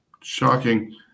Shocking